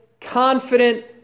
confident